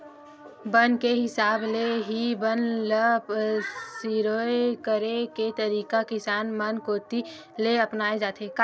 बन के हिसाब ले ही बन ल सिरोय करे के तरीका किसान मन कोती ले अपनाए जाथे